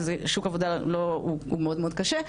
שוק העבודה הוא מאוד מאוד קשה.